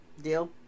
Deal